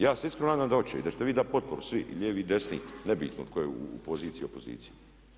Ja se iskreno nadam da hoće i da ćete vi dati potporu svi i lijevi i desni, nebitno tko je u poziciji i u opoziciji.